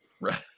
Right